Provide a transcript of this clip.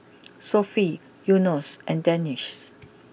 Sofea Yunos and Danish